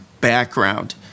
background